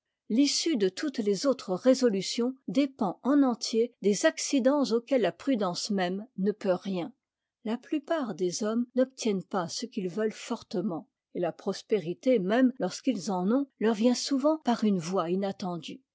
l'issue de toutes les autres résolutions dépend en entier des accidents auxquels la prudence même ne peut rien la plupart des hommes n'obtiennent pas ce qu'ils veulent fortement et la prospérité même lorsqu'ils en ont leur vient souvent par une voie inattendue